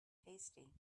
tasty